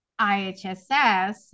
IHSS